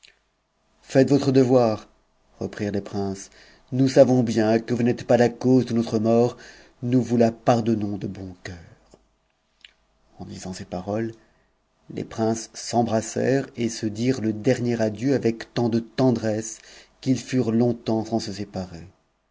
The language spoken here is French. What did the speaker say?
faites votre devoir reprirent les princes nous savons bien que vous n'êtes pas la cause de notre mort nous vous la pardonnons de bon cœur en disant ces paroles les princes s'embrassèrent et se dirent le dernier adieu avec tant de tendresse qu'ils furent longtemps sans se séparer